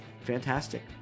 fantastic